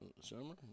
Summer